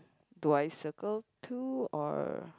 do I circle two or